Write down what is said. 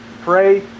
Pray